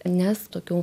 nes tokių